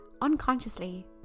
unconsciously